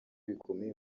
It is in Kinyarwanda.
bikomeye